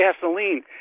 gasoline